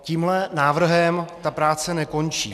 Tímhle návrhem ta práce nekončí.